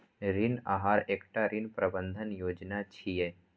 ऋण आहार एकटा ऋण प्रबंधन योजना छियै